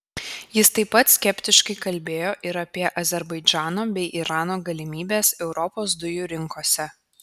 jis taip pat skeptiškai kalbėjo ir apie azerbaidžano bei irano galimybes europos dujų rinkose